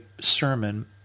sermon